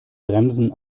bremsen